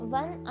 one